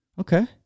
Okay